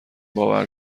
باور